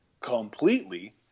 completely